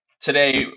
today